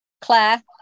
Claire